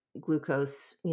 glucose